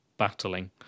battling